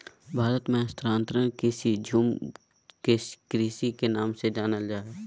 भारत मे स्थानांतरण कृषि, झूम कृषि के नाम से जानल जा हय